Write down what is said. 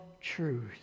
truth